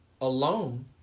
alone